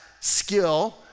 skill